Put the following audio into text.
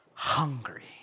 hungry